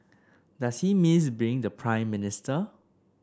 does he miss being the Prime Minister